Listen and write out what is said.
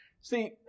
See